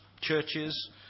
churches